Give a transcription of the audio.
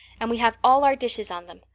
and we have all our dishes on them.